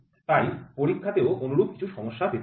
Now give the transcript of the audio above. তাই পরীক্ষাতেও অনুরূপ কিছু সমস্যা পেতে পারেন